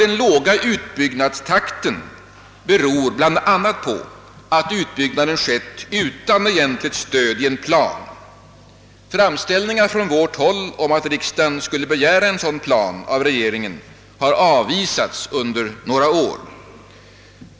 "Den låga takten beror bl.a. på att utbyggnaden skett utan egentligt stöd i någon plan. Tidigare framställningar från vårt håll om att riksdagen skulle begära en sådan plan av regeringen bar avvisats.